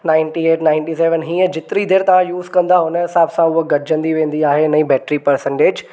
ninety eight ninety seven हीअ जेतिरी देर तव्हां यूज़ कंदा उन हिसाब सां उहा घटिजंदी वेंदी आहे हिन जी बेट्री पर्सेंटेज